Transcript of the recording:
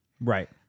Right